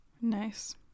Nice